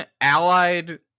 allied